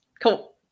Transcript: cool